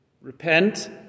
Repent